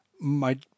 My